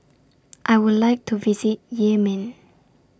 I Would like to visit Yemen